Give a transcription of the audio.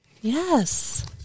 Yes